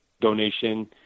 donation